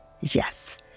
Yes